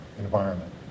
environment